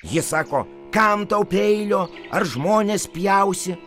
jie sako kam tau peilio ar žmones pjausi